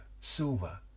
silver